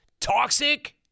toxic